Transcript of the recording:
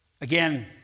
Again